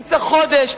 אם צריך חודש,